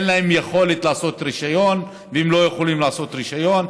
אין להם יכולת לעשות רישיון והם לא יכולים לעשות רישיון.